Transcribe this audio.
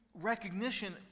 recognition